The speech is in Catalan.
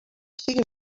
siguin